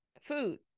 Food